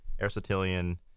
Aristotelian